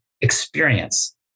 experience